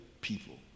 people